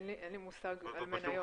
אין לי מושג במניות.